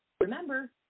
Remember